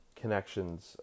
connections